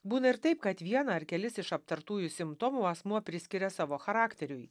būna ir taip kad vieną ar kelis iš aptartųjų simptomų asmuo priskiria savo charakteriui